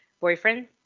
boyfriend